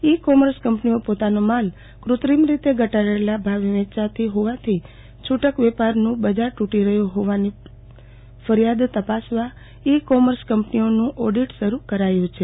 ઇ commerce કંપનીઓ પોતાનો માલ કૃત્રિમ રીતે ઘટાડેલા ભાવે વેચાતી હોવાથી છુટક વેપારનું બજાર તૂટી રહ્યું હોવાની ફરિયાદ તપાસવા ઇ કોમર્સ કંપનીઓનું ઓડિટ શરુ કરાયું છે